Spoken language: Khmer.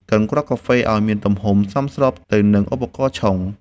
កិនគ្រាប់កាហ្វេឱ្យមានទំហំសមស្របទៅនឹងឧបករណ៍ឆុង។